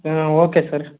ಹಾಂ okay sir